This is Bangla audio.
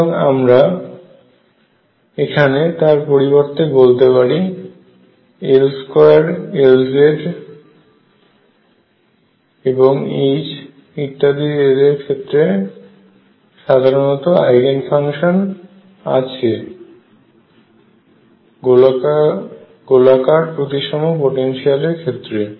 সুতরাং আমরা এখানে তার পরিবর্তে বলতে পারি L2 Lz এবং H ইত্যাদি দের ক্ষেত্রে সাধারণ আইগেন ফাংশন আছে গোলাকার প্রতিসম পোটেনশিয়াল এরক্ষেত্রে